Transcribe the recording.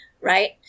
Right